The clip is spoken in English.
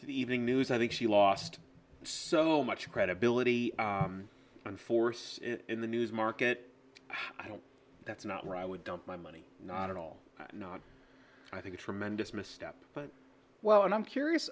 to the evening news i think she lost so much credibility and force in the news market i don't that's not where i would dump my money not at all not i think a tremendous misstep but well and i'm curious